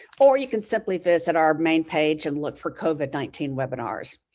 or you can simply visit our main page and look for covid nineteen webinars.